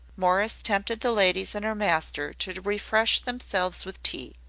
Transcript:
morris tempted the ladies and her master to refresh themselves with tea.